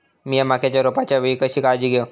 मीया मक्याच्या रोपाच्या वेळी कशी काळजी घेव?